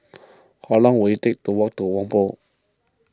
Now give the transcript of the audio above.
how long will it take to walk to Whampoa